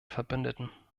verbündeten